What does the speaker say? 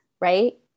right